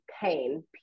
pain